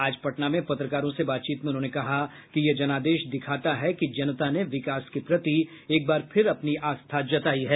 आज पटना में पत्रकारों से बातचीत में उन्होंने कहा कि यह जनादेश दिखाता है कि जनता ने विकास के प्रति एक बार फिर अपनी आस्था जतायी है